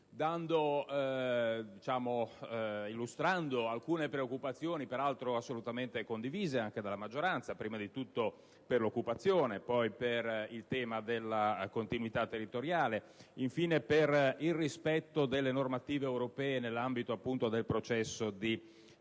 illustrando alcune preoccupazioni - peraltro assolutamente condivise dalla maggioranza - per l'occupazione, per il tema della continuità territoriale, per il rispetto delle normative europee nell'ambito del processo di